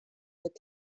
but